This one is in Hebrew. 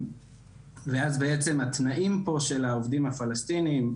ואז בעצם התנאים פה של העובדים הפלסטינים,